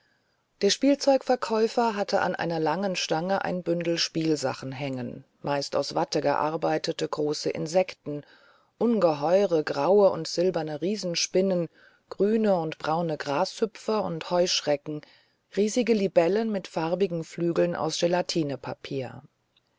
der spielzeugverkäufer hatte an einer langen stange ein bündel spielsachen hängen meist aus watte gearbeitete große insekten ungeheure graue und silberne riesenspinnen grüne und braune grashüpfer und heuschrecken riesige libellen mit farbigen flügeln aus